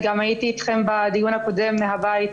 אני הייתי אתכם בדיון הקודם מהבית,